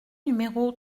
numéro